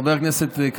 חבר הכנסת קריב,